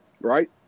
right